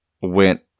went